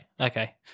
Okay